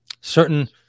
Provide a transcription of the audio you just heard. certain